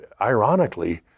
ironically